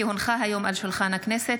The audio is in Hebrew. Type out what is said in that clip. כי הונחו היום על שולחן הכנסת,